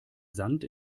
sand